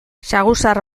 saguzar